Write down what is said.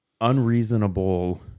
unreasonable